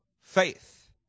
faith